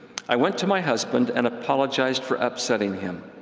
i went to my husband and apologized for upsetting him.